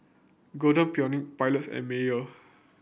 Golden Peony Pilots and Mayer